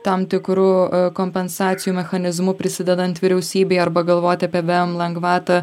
tam tikru kompensacijų mechanizmu prisidedant vyriausybei arba galvoti apie vm lengvatą